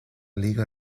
liga